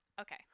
Okay